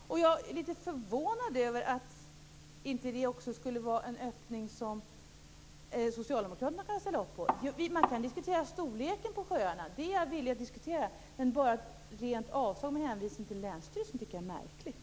Jag är litet förvånad över att det inte också skulle vara en öppning som socialdemokraterna kan ställa upp på. Man kan diskutera storleken på sjöarna. Det är jag villig att diskutera. Men att bara avslå med hänsyn till länsstyrelsen, tycker jag är märkligt.